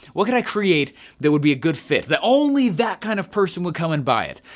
what could i create that would be a good fit, that only that kind of person would come and buy it.